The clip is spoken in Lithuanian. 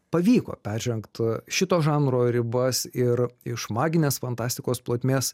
pavyko peržengt šito žanro ribas ir iš maginės fantastikos plotmės